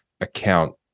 account